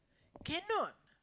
cannot